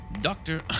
Doctor